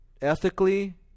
ethically